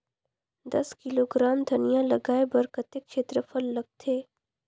दस किलोग्राम धनिया लगाय बर कतेक क्षेत्रफल लगथे?